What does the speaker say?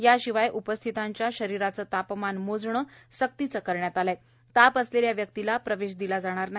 याशिवाय उपस्थितीतांच्या शरीराचं तापमान मोजणं सक्तीचं करण्यात आलं आहे ताप असलेल्या व्यक्तिला प्रवेश दिला जाणार नाही